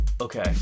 okay